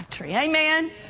Amen